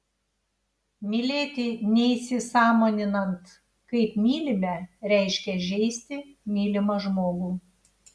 mylėti neįsisąmoninant kaip mylime reiškia žeisti mylimą žmogų